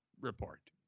report